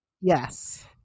Yes